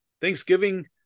thanksgiving